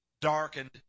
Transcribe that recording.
darkened